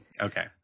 Okay